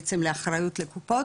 בעצם לאחריות לקופות,